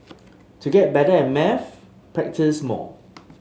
to get better at maths practise more